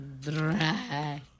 Dry